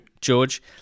George